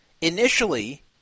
Initially